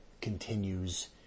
continues